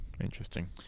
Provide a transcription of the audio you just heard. Interesting